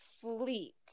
fleet